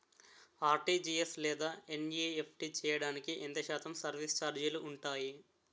RTGS లేదా NEFT చేయడానికి ఎంత శాతం సర్విస్ ఛార్జీలు ఉంటాయి?